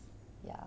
ya